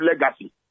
legacy